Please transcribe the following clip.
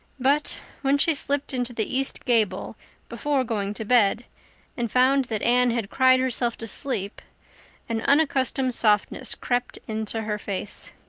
but when she slipped into the east gable before going to bed and found that anne had cried herself to sleep an unaccustomed softness crept into her face.